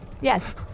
Yes